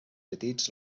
petits